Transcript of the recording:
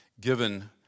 given